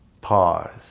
Pause